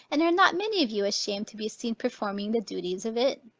and are not many of you ashamed to be seen performing the duties of it?